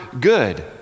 good